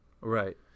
Right